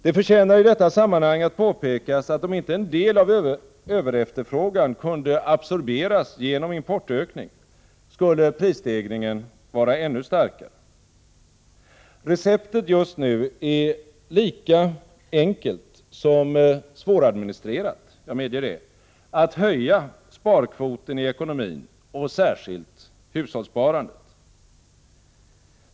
Det förtjänar i detta sammanhang att påpekas att om inte en del av överefterfrågan kunde absorberas genom importökning, skulle prisstegringen vara ännu starkare. Receptet just nu är lika enkelt som svåradministrerat, jag medger det: att höja sparkvoten i ekonomin och särskilt hushållssparandet.